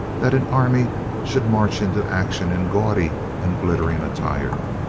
that an army should march into action in gaudy and glittering attire.